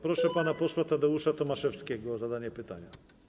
Proszę pana posła Tadeusza Tomaszewskiego o zadanie pytania.